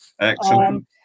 Excellent